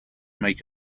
make